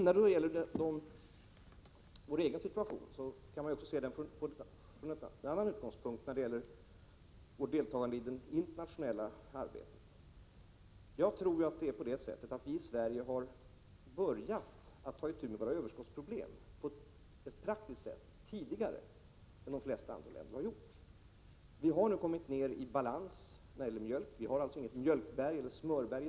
Vad beträffar vår egen situation och vårt deltagande i det internationella arbetet kan man se frågan från en annan utgångspunkt. Jag tror att vi i Sverige har börjat att praktiskt ta itu med överskottsproblemen tidigare än man gjort i de flesta andra länder. Vi har nu kommit ner i balans när det gäller mjölkproduktionen och har inte längre något mjölkberg eller smörberg.